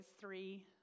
three